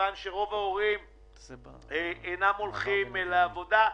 כיוון שרוב ההורים אינם הולכים לעבודה.